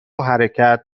حرکت